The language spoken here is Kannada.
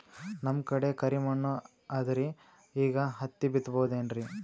ನಮ್ ಕಡೆ ಕರಿ ಮಣ್ಣು ಅದರಿ, ಈಗ ಹತ್ತಿ ಬಿತ್ತಬಹುದು ಏನ್ರೀ?